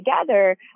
together